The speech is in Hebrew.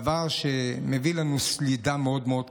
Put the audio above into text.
דבר שגורם לנו לסלידה מאוד מאוד קשה.